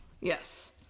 Yes